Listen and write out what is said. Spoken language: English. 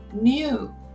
new